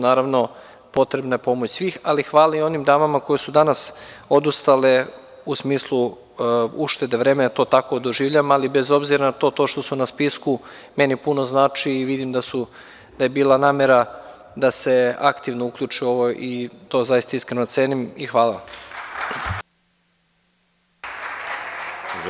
Naravno, potrebna je pomoć svih, ali hvala i onim damama koje su danas odustale u smislu uštede vremena, ja to tako doživljavam, ali bez obzira na to, to što su na spisku meni puno znači i vidim da je bila namera da se aktivno uključe u ovo i to iskreno cenim i hvala vam.